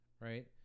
right